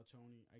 Tony